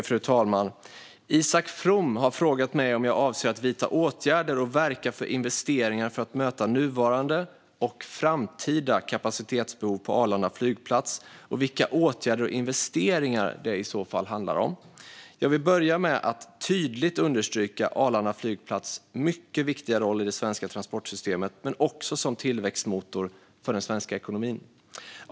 Fru talman! Isak From har frågat mig om jag avser att vidta åtgärder och verka för investeringar för att möta nuvarande och framtida kapacitetsbehov på Arlanda flygplats, och vilka åtgärder och investeringar det i så fall handlar om. Jag vill börja med att tydligt understryka Arlanda flygplats mycket viktiga roll i det svenska transportsystemet men också som tillväxtmotor för den svenska ekonomin.